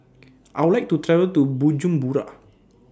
I Would like to travel to Bujumbura